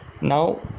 Now